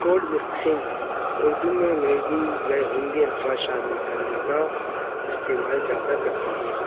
code mixing Urdu میں انگریزی یا ہندی الفاظ شامل کرنے کا استعمال زیادہ کرتی ہے